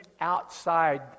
outside